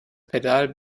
pedal